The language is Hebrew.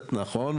נכון,